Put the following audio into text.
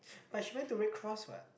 but she went to red cross what